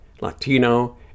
Latino